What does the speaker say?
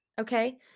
okay